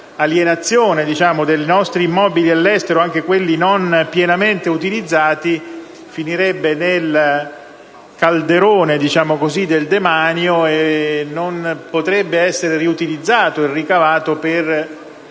alienazione dei nostri immobili all'estero, anche quelli non pienamente utilizzati, finirebbe nel calderone del demanio e il ricavato non potrebbe essere riutilizzato per